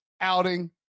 outing